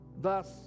Thus